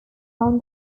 around